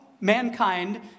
mankind